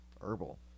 herbal